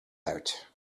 out